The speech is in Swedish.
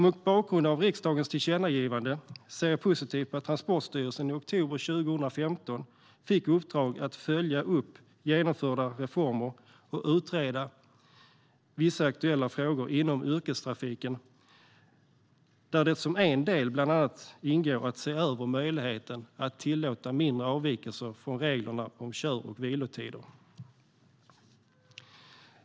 Mot bakgrund av riksdagens tillkännagivande ser jag positivt på att Transportstyrelsen i oktober 2015 fick i uppdrag att följa upp genomförda reformer och utreda vissa aktuella frågor inom yrkestrafiken, där det som en del bland annat ingår att se över möjligheten att tillåta mindre avvikelser från reglerna om kör och vilotider.